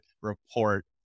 report